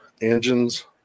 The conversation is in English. engines